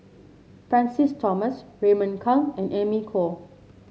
Francis Thomas Raymond Kang and Amy Khor